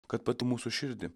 kad tad mūsų širdį